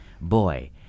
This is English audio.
Boy